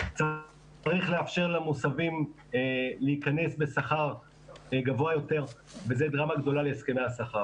צריך לאפשר למוסבים להיכנס בשכר גבוה יותר וזו דרמה גדולה להסכמי השכר.